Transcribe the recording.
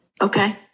Okay